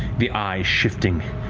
the eye shifting,